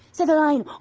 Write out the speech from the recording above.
so the line!